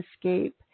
escape